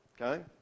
Okay